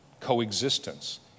coexistence